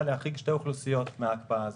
להחריג שתי אוכלוסיות מההקפאה הזאת.